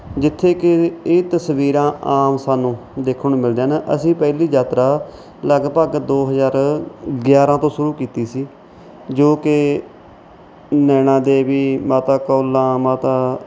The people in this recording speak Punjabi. ਜਿੱਥੇ ਕਿ ਇਹ ਤਸਵੀਰਾਂ ਆਮ ਸਾਨੂੰ ਦੇਖਣ ਨੂੰ ਮਿਲਦੀਆਂ ਨੇ ਅਸੀਂ ਪਹਿਲੀ ਯਾਤਰਾ ਲਗਭਗ ਦੋ ਹਜ਼ਾਰ ਗਿਆਰਾਂ ਤੋਂ ਸ਼ੁਰੂ ਕੀਤੀ ਸੀ ਜੋ ਕਿ ਨੈਣਾ ਦੇਵੀ ਮਾਤਾ ਕੌਲਾਂ ਮਾਤਾ